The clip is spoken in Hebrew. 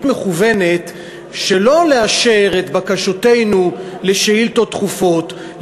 מכוונת שלא לאשר את בקשותינו לשאילתות דחופות,